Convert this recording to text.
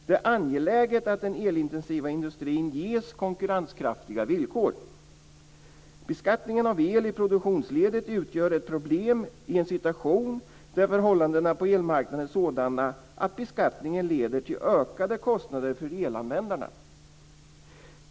Det är angeläget att den elintensiva industrin ges konkurrenskraftiga villkor. Beskattningen av el i produktionsledet utgör ett problem i en situation där förhållandena på elmarknaden är sådana att beskattningen leder till ökade kostnader för elanvändarna.